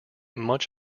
much